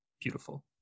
beautiful